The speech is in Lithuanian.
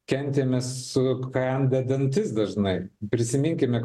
kentėme sukandę dantis dažnai prisiminkime